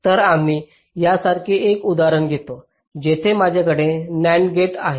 तर आम्ही यासारखे एक उदाहरण घेतो जिथे माझ्याकडे NAND गेट आहे